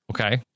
Okay